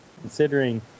considering